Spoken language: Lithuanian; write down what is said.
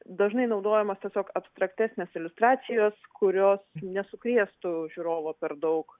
dažnai naudojamos tiesiog abstraktesnės iliustracijos kurios nesukrėstų žiūrovo per daug